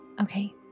Okay